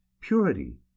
Purity